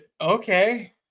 Okay